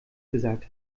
gesagt